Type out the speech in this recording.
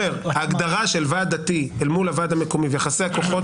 ההגדרה של ועד דתי אל מול הוועד המקומי ויחסי הכוחות